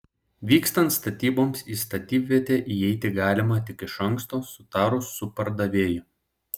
vykstant statyboms į statybvietę įeiti galima tik iš anksto sutarus su pardavėju